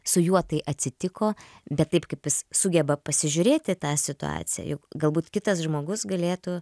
su juo tai atsitiko bet taip kaip jis sugeba pasižiūrėti į tą situaciją juk galbūt kitas žmogus galėtų